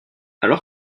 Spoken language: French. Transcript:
alors